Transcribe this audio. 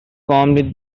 calmly